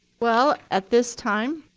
well, at this time,